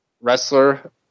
wrestler